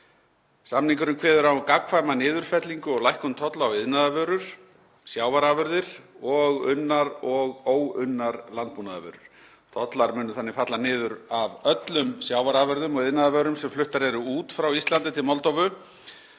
Samningurinn kveður á um gagnkvæma niðurfellingu og lækkun tolla á iðnaðarvörur, sjávarafurðir og unnar og óunnar landbúnaðarvörur. Tollar munu þannig falla niður af öllum sjávarafurðum og iðnaðarvörum sem fluttar eru út frá Íslandi til Moldóvu